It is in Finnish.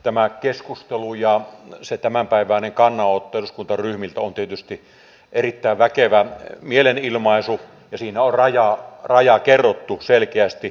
tämä keskustelu ja se tämänpäiväinen kannanotto eduskuntaryhmiltä on tietysti erittäin väkevä mielenilmaisu ja siinä on raja kerrottu selkeästi